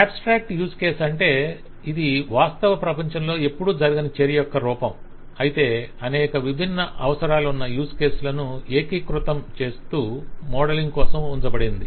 abstract use case అంటే ఇది వాస్తవ ప్రపంచంలో ఎప్పుడూ జరగని చర్య యొక్క రూపం అయితే అనేక విభిన్న అవసరాలున్న యూజ్ కేసు లను ఏకీకృతం చేస్తూ మోడలింగ్ కోసం ఉంచబడినది